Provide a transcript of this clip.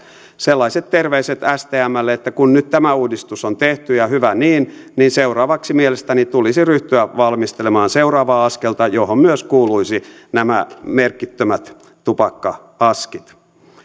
sellaiset terveiset stmlle että kun nyt tämä uudistus on tehty ja hyvä niin niin seuraavaksi mielestäni tulisi ryhtyä valmistelemaan seuraavaa askelta johon kuuluisivat myös nämä merkittömät tupakka askit